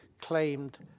claimed